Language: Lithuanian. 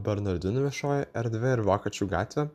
bernardinų viešoji erdvė ir vokiečių gatvė